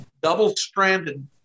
double-stranded